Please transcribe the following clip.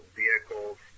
vehicles